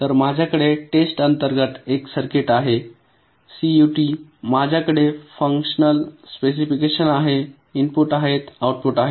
तर माझ्याकडे टेस्ट अंतर्गत एक सर्किट आहे CUT माझ्याकडे फंक्शनल स्पेसिफिकेशन आहे इनपुट आहेत आउटपुट आहेत